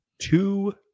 Two